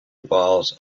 walls